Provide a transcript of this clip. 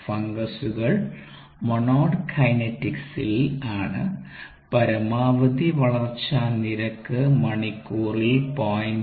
ഫംഗസുകൾ Monod കൈനറ്റിക്സിൽ ആണ് പരമാവധി വളർച്ചാ നിരക്ക് മണിക്കൂറിൽ 0